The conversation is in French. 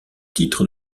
titre